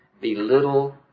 belittle